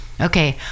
Okay